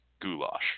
goulash